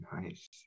Nice